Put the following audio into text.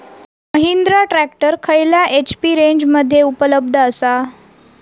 Mahindra tractor खयल्या HP रेंजमध्ये उपलब्ध आसा?